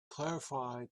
clarify